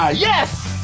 ah yes,